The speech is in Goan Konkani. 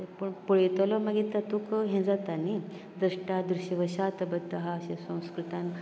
पूण पळयतलो मागीर तातूंत हें जाता न्ही दृश्टा दूर्शवर्शा तबत्तहा अशें संस्कृतांत